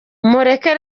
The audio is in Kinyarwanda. mureke